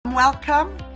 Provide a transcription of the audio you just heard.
Welcome